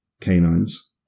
canines